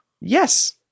Yes